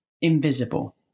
invisible